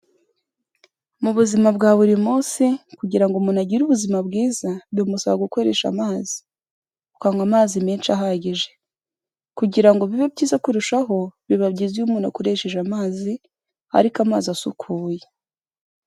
Mu buzima bwa buri munsi kugira ngo umuntu agire ubuzima bwiza bimusaba gukoresha amazi. Ukanywa amazi menshi ahagije. Kugira ngo bibe byiza kurushaho biba byiza iyo umuntu akoresheje amazi, ariko amazi asukuye.